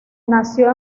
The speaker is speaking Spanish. nació